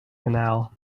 canal